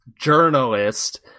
journalist